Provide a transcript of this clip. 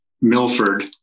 Milford